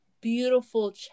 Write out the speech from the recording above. beautiful